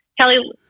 Kelly